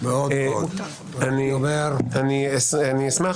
אני אשמח